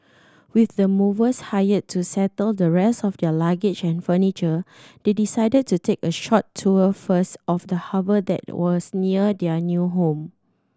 with the movers hired to settle the rest of their luggage and furniture they decided to take a short tour first of the harbour that was near their new home